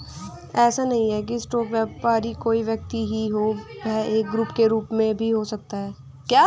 ऐसा नहीं है की स्टॉक व्यापारी कोई व्यक्ति ही हो वह एक ग्रुप के रूप में भी हो सकता है